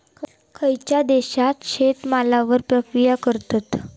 खयच्या देशात शेतमालावर प्रक्रिया करतत?